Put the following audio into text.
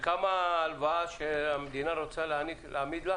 וכמה ההלוואה שהמדינה רוצה להעמיד לה?